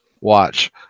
watch